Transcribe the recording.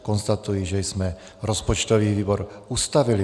Konstatuji, že jsme rozpočtový výbor ustavili.